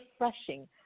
refreshing